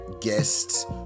guests